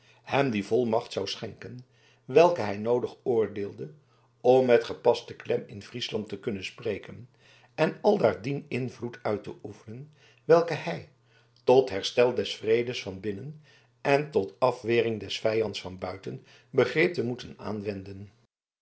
hem die volmacht zou schenken welke hij noodig oordeelde om met gepaste klem in friesland te kunnen spreken en aldaar dien invloed uit te oefenen welken hij tot herstel des vredes van binnen en tot afwering des vijands van buiten begreep te moeten aanwenden